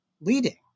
leading